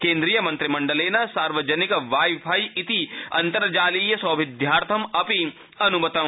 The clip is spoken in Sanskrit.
केन्द्रीय मन्त्रिमण्डलेन सार्वजनिक वाई फाई इति अन्तर्तालीय सौबिध्यायं अपि अनुमतम्